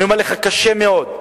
הקשה מאוד,